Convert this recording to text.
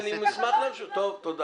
תודה.